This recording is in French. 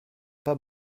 pas